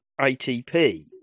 ATP